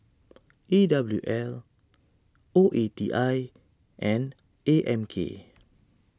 E W L O E T I and A M K